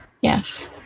Yes